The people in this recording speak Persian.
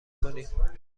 کنیم